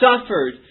suffered